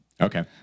okay